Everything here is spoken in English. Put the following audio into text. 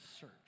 search